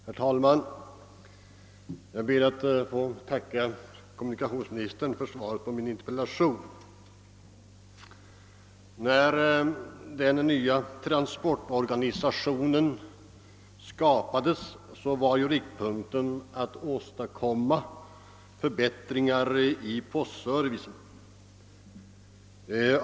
Herr talman! Jag ber att få tacka kommunikationsministern för svaret på min interpellation. När den nya transportorganisationen skapades var riktpunkten att åstadkomma förbättringar i postservicen.